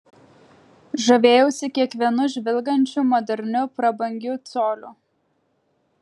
žavėjausi kiekvienu žvilgančiu moderniu prabangiu coliu